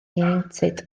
ieuenctid